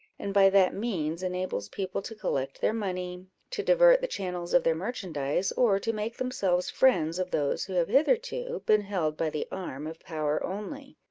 and by that means enables people to collect their money, to divert the channels of their merchandise, or to make themselves friends of those who have hitherto been held by the arm of power only.